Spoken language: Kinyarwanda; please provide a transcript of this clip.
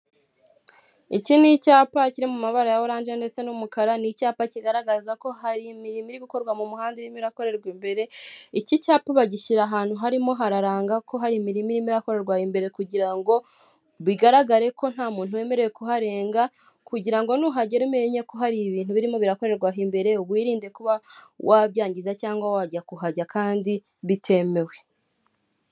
Iki ni icyapa kiri mu maba ya oranje ndetse n'umukara ni icyapa kigaragaza ko hari imirimo iri gukorwa mu muhanda irimo irakorerwa imbere. Iki cyapa bagishyira ahantu harimo hararanga ko hari imirimo irimo ikorerwa imbere kugira ngo bigaragare ko nta muntu wemerewe kuharenga kugira ngo nuhagera umenye ko hari ibintu birimo birakorerwa imbere, wirinde kuba wabyangiza cyangwa wajya kuhajya kandi bitemewe.